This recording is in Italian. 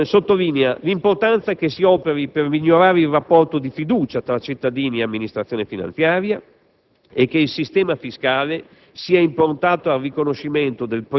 Inoltre, la mozione sottolinea l'importanza che si operi per migliorare il rapporto di fiducia tra cittadini e Amministrazione finanziaria e che il sistema fiscale